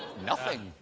nothing.